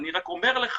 אני רק אומר לך